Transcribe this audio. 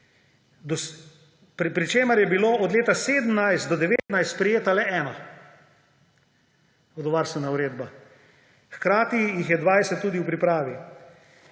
pri čemer je bila od leta 2017 do 2019 sprejeta le ena vodovarstvena uredba, hkrati jih je 20 tudi v pripravi.